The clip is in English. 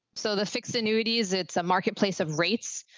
so the fixed annuities, it's a marketplace of rates.